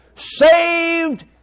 saved